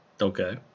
Okay